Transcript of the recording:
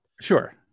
Sure